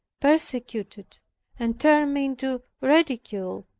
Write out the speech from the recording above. persecuted and turned me into ridicule.